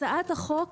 הצעת החוק,